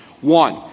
One